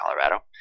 Colorado